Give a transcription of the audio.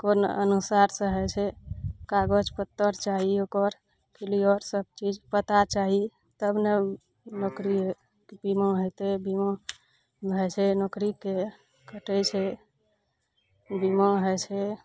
कोन अनुसारसँ होइ छै कागज पत्तर चाही ओकर क्लियर सब चीज पता चाही तब ने नौकरी बीमा हेतय बीमा होइ छै नौकरीके कटय छै बीमा होइ छै